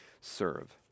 Serve